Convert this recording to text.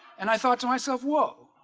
and i thought to myself whoa,